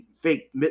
fake